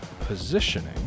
positioning